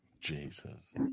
Jesus